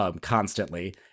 constantly